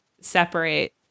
separate